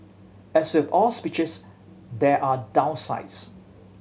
as with all speeches there are downsides